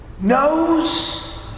knows